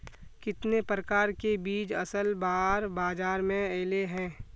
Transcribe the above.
कितने प्रकार के बीज असल बार बाजार में ऐले है?